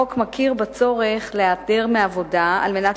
החוק מכיר בצורך להיעדר מעבודה על מנת